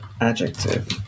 Adjective